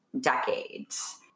decades